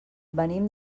venim